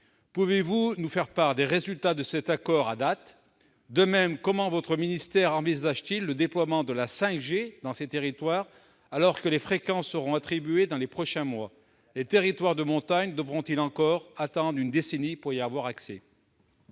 pouvez-vous nous faire part des résultats de cet accord à date ? Comment votre ministère envisage-t-il le déploiement de la 5G dans ces territoires, alors que les fréquences seront attribuées dans les prochains mois ? Les territoires de montagne devront-ils encore attendre une décennie pour y avoir accès ?